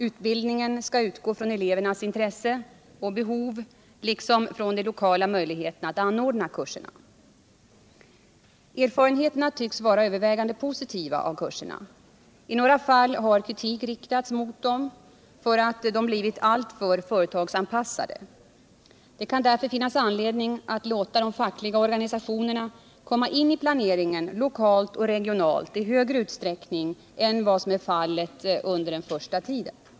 Utbildningen skall utgå från elevernas intresse och behov liksom från de lokala möjligheterna att anordna kurserna. Erfarenheterna av kurserna tycks vara övervägande positiva. I några fall har kritik riktats mot dem för att de har blivit alltför företagsanpassade. Det kan därför finnas anledning att låta de fackliga organisationerna komma in i planeringen lokalt och regionalt i större utsträckning än vad som varit fallet under den första tiden.